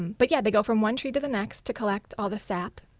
but yeah they go from one tree to the next to collect all the sap,